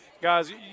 guys